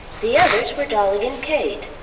the others were dolly and kate,